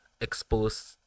exposed